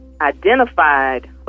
identified